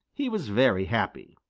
he was very happy.